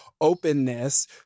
Openness